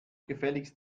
gefälligst